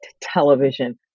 television